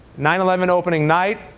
nine eleven opening night.